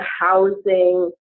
housing